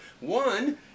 One